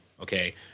okay